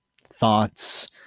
thoughts